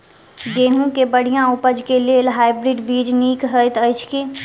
गेंहूँ केँ बढ़िया उपज केँ लेल हाइब्रिड बीज नीक हएत अछि की?